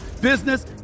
business